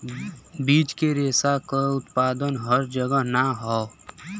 बीज के रेशा क उत्पादन हर जगह ना हौ